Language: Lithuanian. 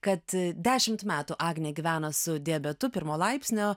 kad dešimt metų agnė gyvena su diabetu pirmo laipsnio